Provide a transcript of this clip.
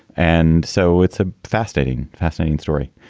and so it's a fascinating, fascinating story.